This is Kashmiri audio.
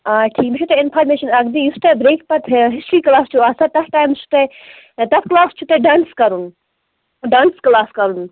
آ مےٚ چھ تۄہہِ اِنفارمیشن اکھ دِنۍ یُس تۄہہِ بریکہِ پَتہٕ ہسٹری کٕلاس چھُ آسان تَتھ ٹایمس چھُو تۄہہ تَتھ کٕلاسس چُھو تۄہہِ ڈانٕس کَرُن ڈانٕس کٕلاس کَرُن